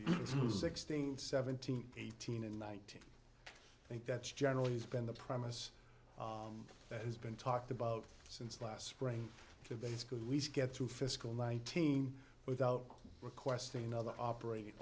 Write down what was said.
to sixteen seventeen eighteen and nineteen think that's generally has been the promise that has been talked about since last spring to basically least get through fiscal nineteen without requesting another operating